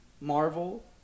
Marvel